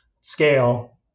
scale